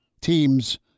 teams